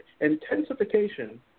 intensification